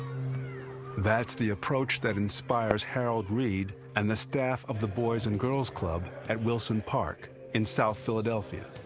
that's the approach that inspires harold reed and the staff of the boys and girls club at wilson park, in south philadelphia.